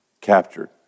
captured